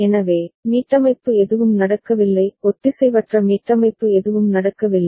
எனவே மீட்டமைப்பு எதுவும் நடக்கவில்லை ஒத்திசைவற்ற மீட்டமைப்பு எதுவும் நடக்கவில்லை